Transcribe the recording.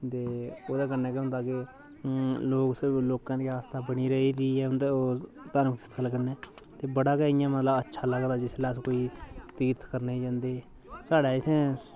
ओह्दे ओह्दे कन्नै केह् होंदा कि लोक लोकें दी आस्था बनी रेह्दी ऐ उंदे ओह् धर्म स्थल कन्नै ते बड़ा गै इ'यां मतलब अच्छा लगदा जिसलै अस कोई तीर्थ करने गी जंदे साढ़े इत्थें